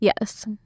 yes